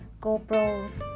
GoPro's